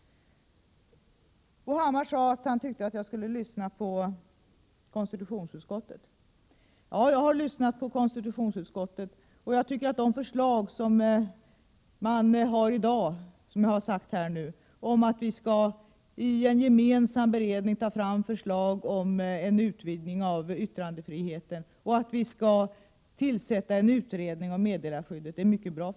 Bo Hammar sade att han tycker att jag skulle lyssna på konstitutionsutskottet. Ja, jag har lyssnat på konstitutionsutskottet, och jag tycker att de förslag som jag här har nämnt och som innebär att man i en gemensam beredning skall ta fram förslag om en utvidgning av yttrandefriheten och att vi skall tillsätta en utredning om meddelarskyddet är mycket bra.